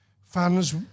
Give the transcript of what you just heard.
fans